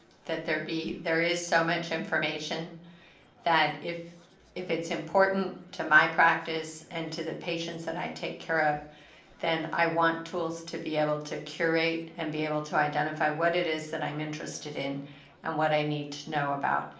that there be there is so much information that if if it's important to my practice and to the patients that i take care of then i want tools to be able to curate and be able to identify what it is that i'm interested in and what i need to know about.